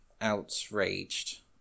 outraged